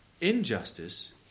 injustice